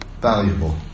valuable